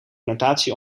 notatie